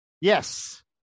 Yes